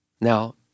Now